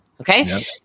Okay